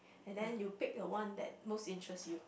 and then you pick the one that most interest you